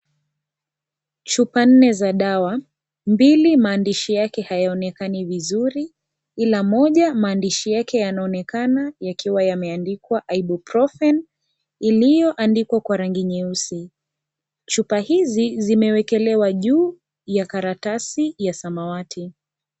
Chupa nne za dawa. Mbili mandishi yake hayaonekani vizuri. Ila moja mandishi yake , yanaonekana yakiwa yameandikwa idle prufen , iliyoandikwa kwa rangi nyeusi. Chupa hizi zimewekelewa juu ya karatasi ya samawati.